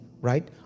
right